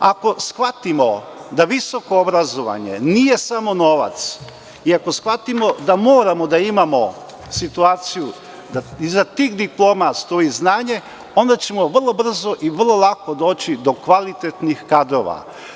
Ako shvatimo da visoko obrazovanje nije samo novac i ako shvatimo da moramo da imamo situaciju da iza tih diploma stoji znanje, onda ćemo vrlo brzo i vrlo lako doći do kvalitetnih kadrova.